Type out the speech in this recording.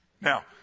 Now